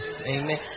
Amen